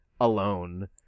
alone